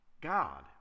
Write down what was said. God